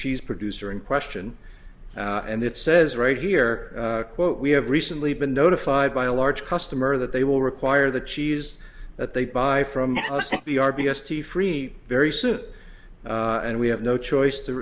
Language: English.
cheese producer in question and it says right here quote we have recently been notified by a large customer that they will require the cheese that they buy from b r b s t free very soon and we have no choice th